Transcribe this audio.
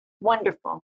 wonderful